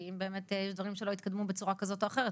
כי אם באמת יש דברים שלא התקדמו בצורה כזאת או אחרת,